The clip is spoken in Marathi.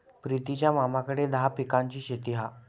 प्रितीच्या मामाकडे दहा पिकांची शेती हा